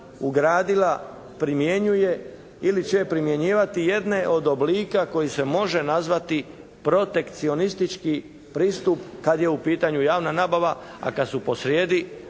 ugradila, primjenjuje ili će primjenjivati jedne od oblika koji se može nazvati protekcionistički pristup kad je u pitanju javna nabava, a kad su posrijedi